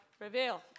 reveal